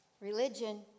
Religion